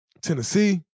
Tennessee